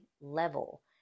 level